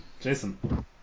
Jason